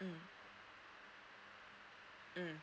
mm mm